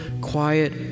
quiet